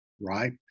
Right